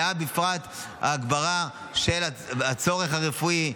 ובפרט ההגברה של הצורך הרפואי,